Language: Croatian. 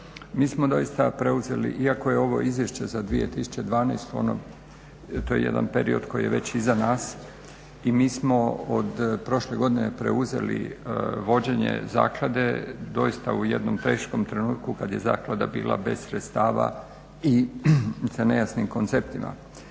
0Mi smo doista preuzeli iako je ovo izvješće za 2012. to je jedan period koji je već iza nas i mi smo od prošle godine preuzeli vođenje zaklade doista u jednom teškom trenutku kad je zaklada bila bez sredstava i sa nejasnim konceptima.